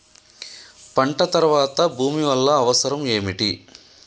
పంట తర్వాత భూమి వల్ల అవసరం ఏమిటి?